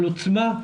על עוצמה,